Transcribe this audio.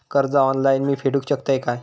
कर्ज ऑनलाइन मी फेडूक शकतय काय?